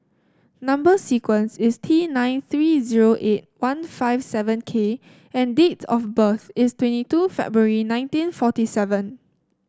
number sequence is T nine three zero eight one five seven K and date of birth is twenty two February nineteen forty seven